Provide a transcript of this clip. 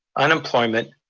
unemployment,